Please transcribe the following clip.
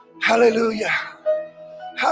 Hallelujah